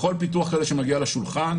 כל פיתוח כזה שמגיע לשולחן,